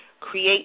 Create